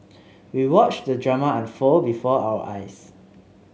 we watched the drama unfold before our eyes